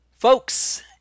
Folks